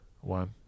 One